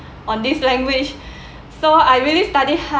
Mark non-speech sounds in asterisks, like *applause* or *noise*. on this language *breath* so I really study hard